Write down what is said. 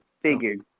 Figured